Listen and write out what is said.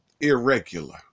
Irregular